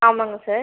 ஆமாம்ங்க சார்